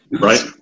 Right